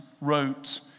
wrote